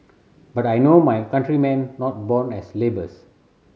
but I know my countrymen not born as labours